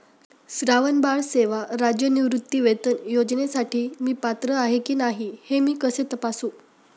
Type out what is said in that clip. श्रावणबाळ सेवा राज्य निवृत्तीवेतन योजनेसाठी मी पात्र आहे की नाही हे मी कसे तपासू?